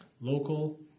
local